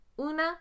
Una